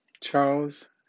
Charles